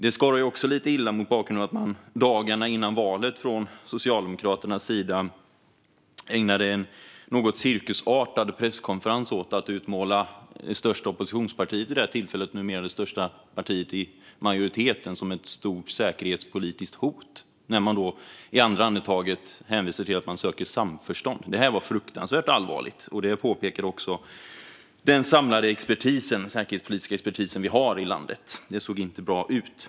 Det skorrar lite illa att Socialdemokraterna dagarna före valet ägnade en något cirkusartad presskonferens åt att utmåla det största oppositionspartiet vid detta tillfälle - numera det största partiet i majoriteten - som ett stort säkerhetspolitiskt hot och i nästa andetag hänvisade man till att man söker samförstånd. Detta var fruktansvärt allvarligt, och det påpekade också den samlade säkerhetspolitiska expertisen i landet. Det såg inte bra ut.